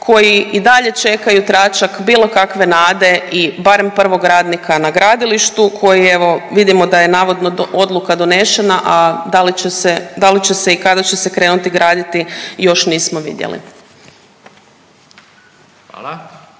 koji i dalje čekaju tračak bilo kakve nade i barem prvog radnika na gradilištu koji evo vidimo da je navodno odluka donesena, a da li će se, da li će se i kada će se krenuti graditi, još nismo vidjeli.